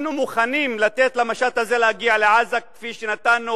אנחנו מוכנים לתת למשט הזה להגיע לעזה כפי שנתנו